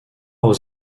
aux